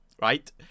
right